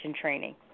training